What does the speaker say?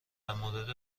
مورد